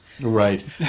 Right